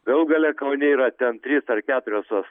galų gale kaune yra ten trys ar keturios tos